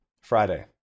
Friday